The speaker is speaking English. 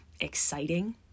exciting